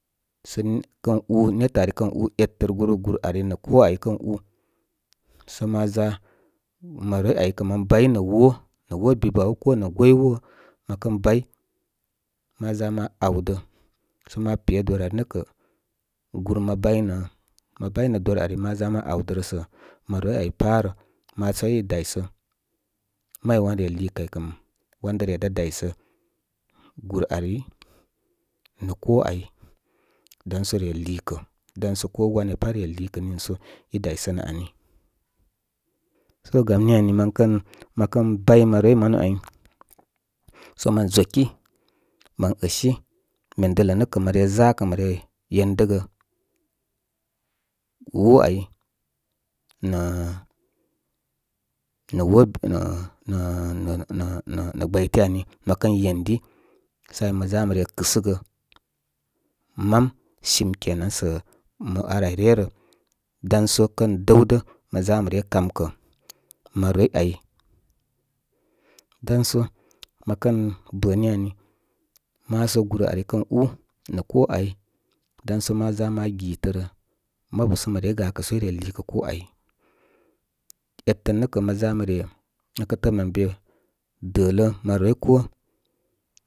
Sə net, netə ari kən ù etər gúr gùr ari nə̀ koo āy kə sə ma ʒa, maroroi áy kə̀ mə bay nə̄ wə’ nə wo’ bibə áy ko nə ywoi wo’ mə kən bay, ma ʒa ma awdə. Sə ma pe dor ari nə́ kə̇, gúr mə bay nə̀, mə bay nə̄ dor ari ma ʒa ma awdərə sə̀ maroroi áy pá rə ma sə ī daysə. May wan re lìì kə́ ày kə̀ wan da re da daysə gùr ari nə̀ koo áy danso re lììkə̀, dam so ko waya pat re lììkə, dam so ko waya fat re lììkə nə̀ so í day sənə ani. Sə gam ni ani məkən məkən bay maroroi manu áy so mən ʒəki mən əsi. Men dələ nə’ kə̀ mə re ʒa kə mə re yen dəgə wo’ áy nəꞌ wo’ nə̀, nə̀, nə̀ nə nə̄, nə̄, nə̄ gbəyte aui mə kən yendi sə ay mə ʒa mə re kɨsəgə, mam sim kenan nə̄ sə̀ ar áy ryə rə. Dan so kən dəwdə, mə ʒa mə re kam kə̀ maroroi a̍y. Dam so mə ƙn bə’ ni anì ma sə gùr ari kən ú, nə̀ ko áy dan so ma ʒa ma gɨtərə ma bu so mə rey ga tə so í re lììkə koo áy. E’tə nə’ kə, mə ʒa mə re, mə kə tə̀ə̀ mən be dələ maroroi koon.